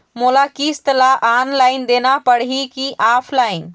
मोला किस्त ला ऑनलाइन देना पड़ही की ऑफलाइन?